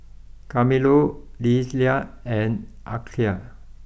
Carmelo Lelia and Arkie